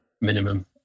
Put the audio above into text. minimum